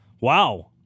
Wow